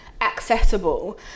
accessible